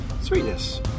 Sweetness